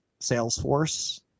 Salesforce